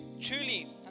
truly